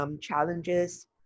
challenges